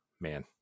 man